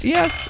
Yes